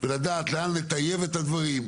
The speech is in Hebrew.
ולדעת לאן לטייב את הדברים.